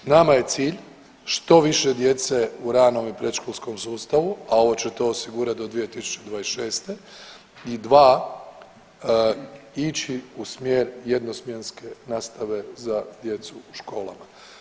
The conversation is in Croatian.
Nama je cilj što više djece u ranom i predškolskom sustavu, a ovo će to osigurati do 2026. i dva ići u smjer jednosmjenske nastave za djecu u školama.